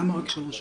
למה רק שלוש שעות?